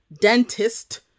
dentist